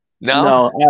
No